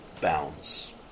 bounds